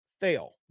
fail